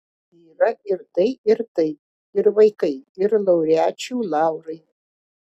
yra ir tai ir tai ir vaikai ir laureačių laurai